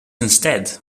instead